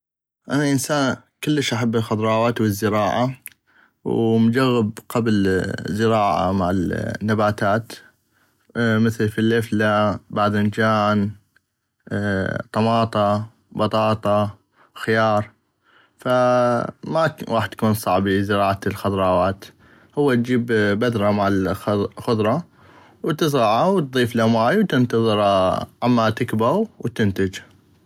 انا انسان كلش احب الخظراوات والزراعة ومجغب قبل الزراعة مال النباتاتمثل الفليفلة الباذنجان الطماطة البطاطة الخيار فما غاح تكون صعبي زراعة الخظراوات هو اجيب بذرة مال خظرا وتزغعة وتضيفلة ماي وتنتظرا علما تكبغ وتنتج.